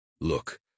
Look